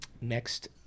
next